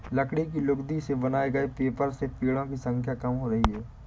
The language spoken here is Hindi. लकड़ी की लुगदी से बनाए गए पेपर से पेङो की संख्या कम हो रही है